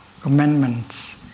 commandments